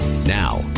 now